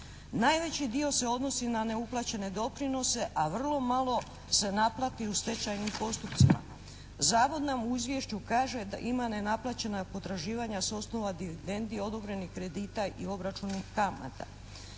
Najveći dio se odnosi na neuplaćene doprinose, a vrlo malo se naplati u stečajnim postupcima. Zavod nam u izvješću kaže da ima nenaplaćena potraživanja s osnova dividendi, odobrenih kredita i obračuna kamata.